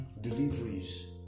deliveries